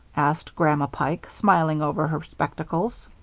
asked grandma pike, smiling over her spectacles.